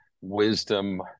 wisdom